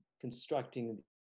constructing